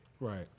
Right